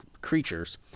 creatures